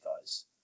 guys